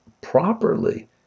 properly